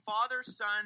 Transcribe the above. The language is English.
father-son